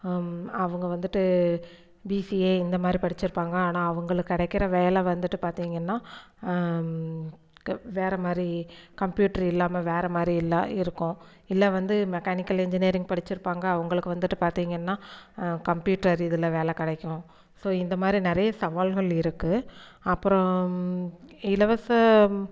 அவங்க வந்துட்டு பிசிஏ இந்த மாதிரி படிச்சிருப்பாங்கள் ஆனால் அவங்களுக்கு கிடைக்கிற வேலை வந்துட்டு பார்த்திங்கன்னா வேற மாதிரி கம்ப்யூட்ரு இல்லாமல் வேற மாதிரி இல்லை இருக்கும் இல்லை வந்து மெக்கானிக்கல் இன்ஜினியரிங் படிச்சிருப்பாங்கள் அவங்களுக்கு வந்துட்டு பார்த்திங்கன்னா கம்ப்யூட்டர் இதில் வேலை கிடைக்கும் ஸோ இந்த மாதிரி நிறைய சவால்கள் இருக்குது அப்புறம் இலவசம்